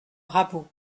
rabault